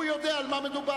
הוא יודע על מה מדובר.